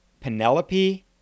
Penelope